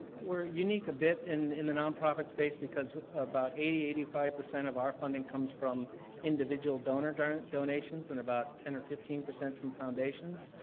we're unique a bit in the nonprofit space because about eighty eighty five of our funding comes from individual donor donor donations and about ten or fifteen percent from foundations.